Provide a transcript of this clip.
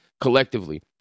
collectively